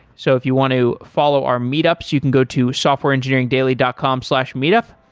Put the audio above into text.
so if you want to follow our meet ups, you can go to softwareengineeringdaily dot com slash meetup.